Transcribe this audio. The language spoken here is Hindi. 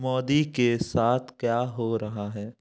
मोदी के साथ क्या हो रहा है